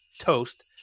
toast